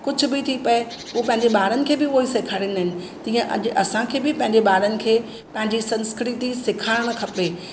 कुझु बि थी पए उहे पंहिंजे ॿारनि खे बि उहो ई सेखारींदा आहिनि तीअं अॼु असांखे बि पंहिंजे ॿारनि खे पंहिंजी संस्कृति सेखारणु खपे